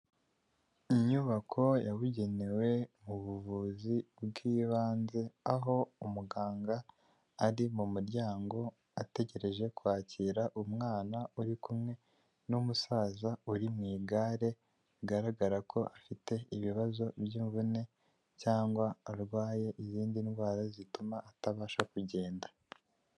Inyubako yabugenewe mu buvuzi bw'ibanze aho umuganga ari mu muryango ategereje kwakira umwana uri kumwe n'umusaza uri mu igare, bigaragara ko afite ibibazo by'imvune cyangwa arwaye izindi ndwara zituma atabasha kugenda.